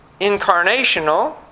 incarnational